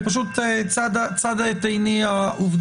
כי צדה את עיני העובדה,